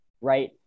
right